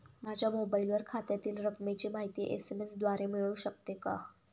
माझ्या मोबाईलवर खात्यातील रकमेची माहिती एस.एम.एस द्वारे मिळू शकते का?